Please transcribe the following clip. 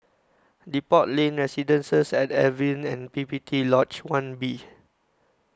Depot Lane Residences At Evelyn and P P T Lodge one B